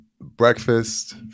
breakfast